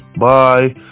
bye